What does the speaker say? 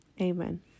amen